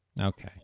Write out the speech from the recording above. Okay